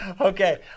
Okay